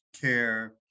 care